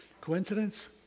Coincidence